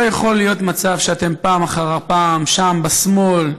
לא יכול להיות מצב שאתם פעם אחר פעם שם בשמאל,